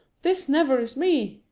this never is me!